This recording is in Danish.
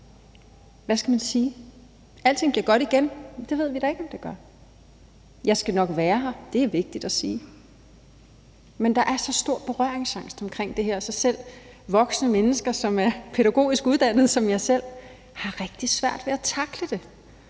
Hvad skal man sige? At alting bliver godt igen? Det ved vi da ikke om det gør. Jeg skal nok være her; det er noget, der er vigtigt at sige, men der er så stor berøringsangst omkring det her, at selv voksne mennesker, som er pædagogisk uddannede som jeg selv, har rigtig svært ved at tackle det,